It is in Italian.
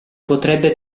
potrebbe